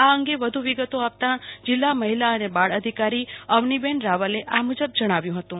આ અંગે વધુ વિગતો આપતા જીલ્લા મહિલા અને બાળ અધિકારી અવની બેન રાવલે આ મુજબ જણાવ્યું હતું